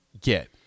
get